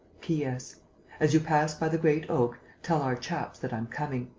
p. s as you pass by the great oak, tell our chaps that i'm coming.